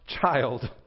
child